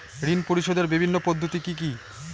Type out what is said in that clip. ঋণ পরিশোধের বিভিন্ন পদ্ধতি কি কি?